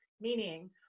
Meaning